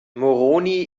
moroni